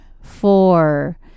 four